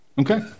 Okay